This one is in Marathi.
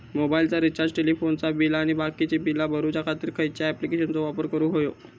मोबाईलाचा रिचार्ज टेलिफोनाचा बिल आणि बाकीची बिला भरूच्या खातीर खयच्या ॲप्लिकेशनाचो वापर करूक होयो?